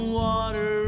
water